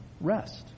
rest